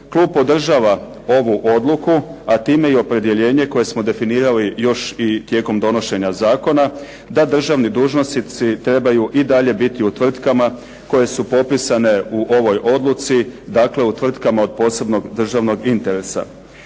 klub podržava ovu odluku, a time i opredjeljenje koje smo definirali još i tijekom donošenja zakona da državni dužnosnici trebaju i dalje biti u tvrtkama koje su popisane u ovoj odluci, dakle u tvrtkama od posebnog državnog interesa.